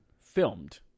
filmed